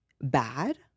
bad